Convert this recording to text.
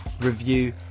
review